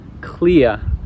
clear